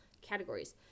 categories